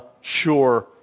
sure